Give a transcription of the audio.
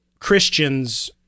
christians